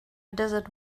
desert